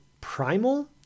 primal